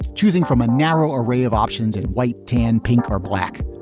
choosing from a narrow array of options and white, tan, pink or black.